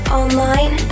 online